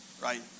right